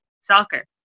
soccer